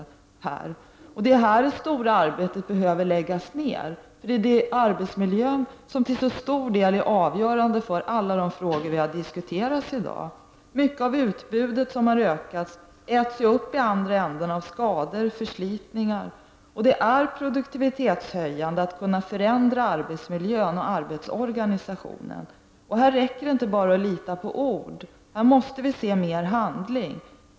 Det är på detta område som det är nödvändigt att göra stora insatser, eftersom arbetsmiljön till så stor del är avgörande för alla de frågor vi har diskuterat i dag. Mycket av ökningen av arbetskraftsutbudet äts ju upp i andra änden av skador och förslitningar. Det är också produktivitetshöjande att kunna förändra arbetsmiljön och arbetsorganisationen. Här räcker det inte att lita på ord, utan här måste vi se mer av handling.